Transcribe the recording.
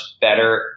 better